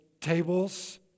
tables